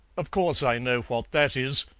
of course i know what that is,